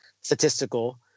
statistical